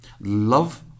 Love